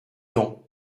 non